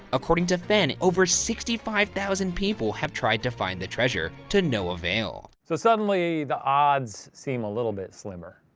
according to fenn, over sixty five thousand people have tried to find the treasure to no avail. so suddenly the odds seem a little bit slimmer.